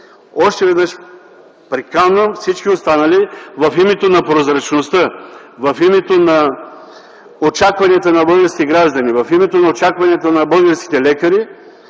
Още веднъж приканвам всички останали в името на прозрачността, в името на очакванията на българските граждани, в името на очакванията на българските лекари